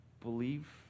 believe